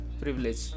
privilege